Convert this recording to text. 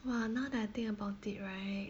!wah! now that I think about it right